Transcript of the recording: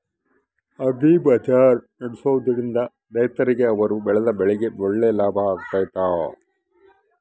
Agri ಬಜಾರ್ ನಡೆಸ್ದೊರಿಂದ ರೈತರಿಗೆ ಅವರು ಬೆಳೆದ ಬೆಳೆಗೆ ಒಳ್ಳೆ ಲಾಭ ಆಗ್ತೈತಾ?